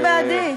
שניים בעד תמר,